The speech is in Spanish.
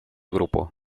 grupo